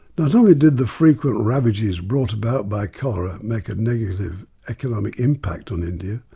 not only did the frequent ravages brought about by cholera make a negative economic impact on india,